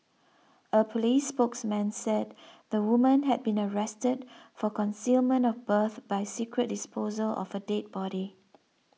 a police spokesman said the woman had been arrested for concealment of birth by secret disposal of a dead body